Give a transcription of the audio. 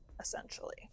essentially